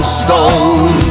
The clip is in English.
stone